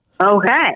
Okay